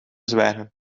zwijnen